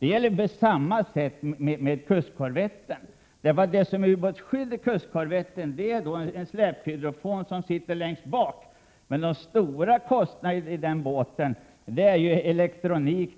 Detsamma gäller kustkorvetten. Vad som är ubåtsskydd i kustkorvetten är en släphydrofon som sitter längst bak i båten. Men de stora kostnaderna i den båten gäller elektronik,